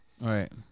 Right